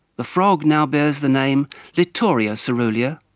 the frog now bears the name litoria caerulea,